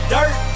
Dirt